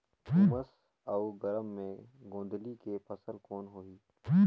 उमस अउ गरम मे गोंदली के फसल कौन होही?